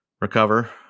recover